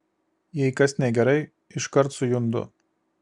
jei kas negerai iškart sujundu